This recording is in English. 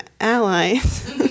allies